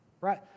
Right